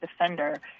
defender